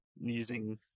using